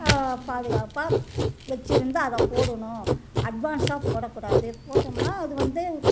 பாதுகாப்பாக வச்சிருந்து அதை போடணும் அட்வான்ஸாக போடக்கூடாது போட்டோம்னால் அது வந்து